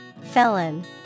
Felon